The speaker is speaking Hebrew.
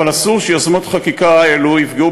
אבל אסור שיוזמות חקיקה אלו יפגעו